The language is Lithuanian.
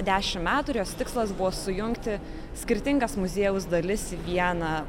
dešim metų ir jos tikslas buvo sujungti skirtingas muziejaus dalis į vieną